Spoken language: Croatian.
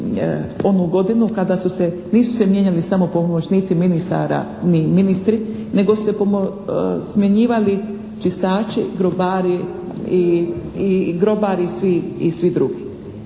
onu godinu kada su se, nisu se mijenjali samo pomoćnici ministara i ministri nego su se smjenjivali čistači, grobari i, grobari